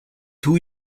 two